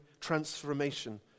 transformation